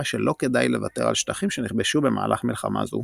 שלא כדאי לוותר על שטחים שנכבשו במהלך מלחמה זו.